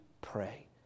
pray